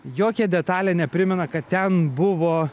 jokia detalė neprimena kad ten buvo